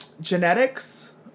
genetics